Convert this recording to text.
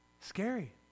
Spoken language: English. Scary